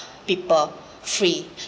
people free